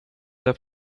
the